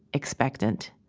expectant